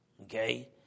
okay